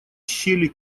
щели